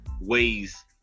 ways